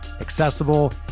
accessible